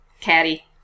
caddy